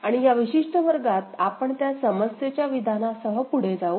आणि या विशिष्ट वर्गात आपण त्या समस्येच्या विधानासह पुढे जाऊ